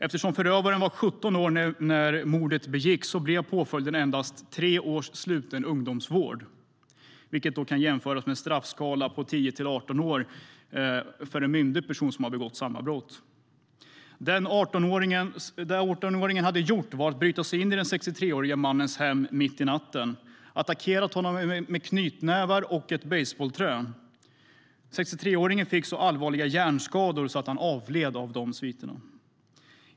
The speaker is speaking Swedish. Eftersom förövaren var 17 år när mordet begicks blev påföljden endast tre års sluten ungdomsvård, vilket kan jämföras med en straffskala på 10-18 år för en myndig person som har begått samma brott. Det 18-åringen hade gjort var att bryta sig in hos den 63-årige mannen mitt i natten och attackera honom med knytnävar och ett basebollträ. 63-åringen fick så allvarliga hjärnskador att han avled i sviterna.